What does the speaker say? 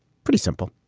pretty simple,